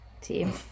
Team